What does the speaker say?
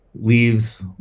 leaves